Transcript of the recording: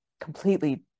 Completely